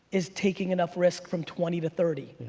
is taking enough risk from twenty thirty.